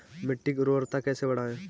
मिट्टी की उर्वरता कैसे बढ़ाएँ?